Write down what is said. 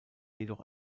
jedoch